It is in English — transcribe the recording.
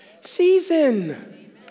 season